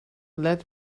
let